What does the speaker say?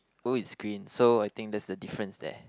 oh it's green so I think that's the difference there